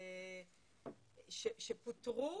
שפוטרו